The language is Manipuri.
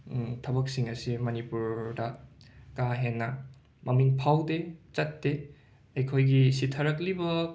ꯊꯕꯛꯁꯤꯡ ꯑꯁꯤ ꯃꯅꯤꯄꯨꯔꯗ ꯀꯥ ꯍꯦꯟꯅ ꯃꯃꯤꯡ ꯐꯥꯎꯗꯦ ꯆꯠꯇꯦ ꯑꯩꯈꯣꯏꯒꯤ ꯁꯤꯊꯔꯛꯂꯤꯕ